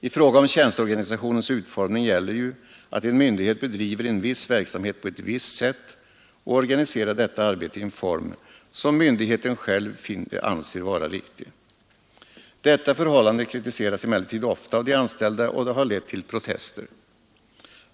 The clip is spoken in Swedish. I fråga om tjänsteorganisationens utformning gäller ju att en myndighet bedriver en viss verksamhet på ett visst sätt och organiserar detta arbete i en form som myndigheten själv anser vara riktig. Detta förhållande kritiseras emellertid ofta av de anställda, och det har lett till protester.